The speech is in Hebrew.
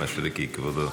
מישרקי, כבודו,